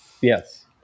Yes